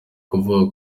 kuvuga